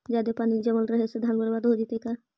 जादे पानी जमल रहे से धान बर्बाद हो जितै का?